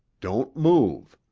don't move.